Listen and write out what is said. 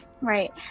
right